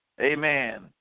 amen